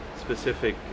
specific